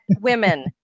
women